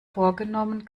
vorgenommen